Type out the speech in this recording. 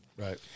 right